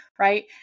right